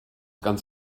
ganz